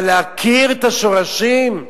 אבל להכיר את השורשים,